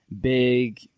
big